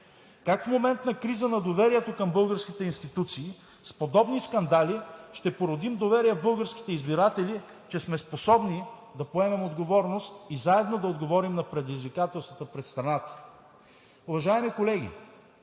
Как в момент на криза на доверието към българските институции с подобни скандали ще породим доверие в българските избиратели, че сме способни да поемаме отговорност и заедно да отговорим на предизвикателствата пред страната?! Уважаеми колеги,